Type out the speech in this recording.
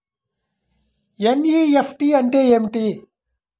NEFT అంటే ఏమిటి?